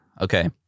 Okay